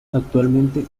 actualmente